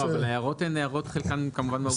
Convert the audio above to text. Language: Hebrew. אבל ההערות הן הערות חלקן כמובן מהותיות.